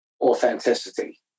authenticity